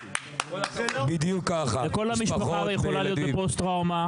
וכל המשפחה יכולה להיות בפוסט טראומה.